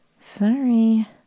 sorry